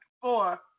four